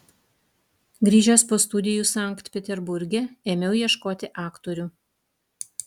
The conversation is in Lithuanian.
grįžęs po studijų sankt peterburge ėmiau ieškoti aktorių